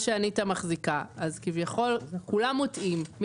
שאניטה מחזיקה אז כביכול כולם מוטעים.